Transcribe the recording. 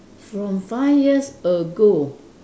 from five years ago